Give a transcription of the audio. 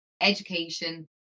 education